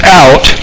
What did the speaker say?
out